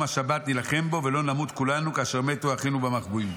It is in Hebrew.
השבת נילחם בו ולא נמות כולנו כאשר מתו אחינו במחבואים".